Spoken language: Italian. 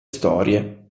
storie